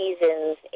seasons